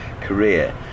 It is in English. career